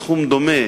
סכום דומה